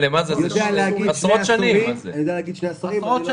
יודע להגיד שני עשורים, אני לא יודע מעבר.